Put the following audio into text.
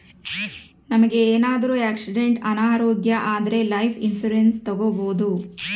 ನಮ್ಗೆ ಏನಾದ್ರೂ ಆಕ್ಸಿಡೆಂಟ್ ಅನಾರೋಗ್ಯ ಆದ್ರೆ ಲೈಫ್ ಇನ್ಸೂರೆನ್ಸ್ ತಕ್ಕೊಬೋದು